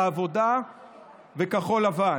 העבודה וכחול לבן.